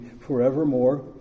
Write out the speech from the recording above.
forevermore